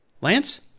Lance